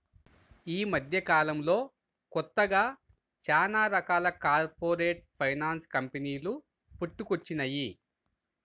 యీ మద్దెకాలంలో కొత్తగా చానా రకాల కార్పొరేట్ ఫైనాన్స్ కంపెనీలు పుట్టుకొచ్చినియ్యి